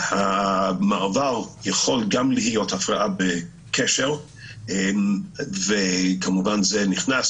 המעבר יכול גם להיות הפרעה בקשר וכמובן זה נכנס